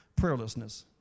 prayerlessness